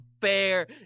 fair